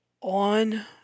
on